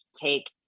take